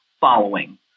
following